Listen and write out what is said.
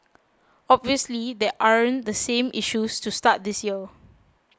obviously there aren't the same issues to start this year